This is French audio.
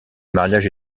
mariage